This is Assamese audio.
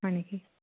হয় নেকি